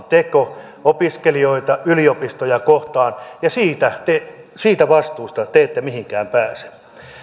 teko opiskelijoita yliopistoja kohtaan ja siitä vastuusta te ette mihinkään pääse